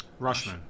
Rushman